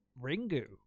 ringu